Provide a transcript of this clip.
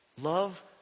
Love